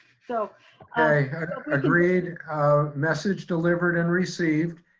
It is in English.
so ah agreed message delivered and received.